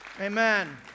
Amen